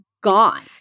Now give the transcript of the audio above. gone